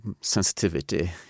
sensitivity